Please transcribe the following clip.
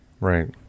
Right